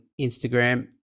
Instagram